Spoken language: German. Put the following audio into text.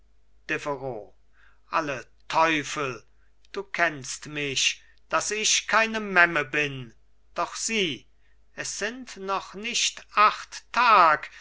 alle teufel du kennst mich daß ich keine memme bin doch sieh es sind noch nicht acht tag